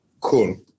Cool